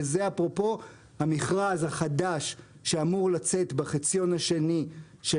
וזה אפרופו המכרז החדש שאמור לצאת בחציון השני של